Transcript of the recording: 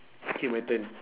K my turn